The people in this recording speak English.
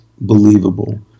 believable